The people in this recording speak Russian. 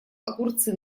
огурцы